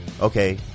okay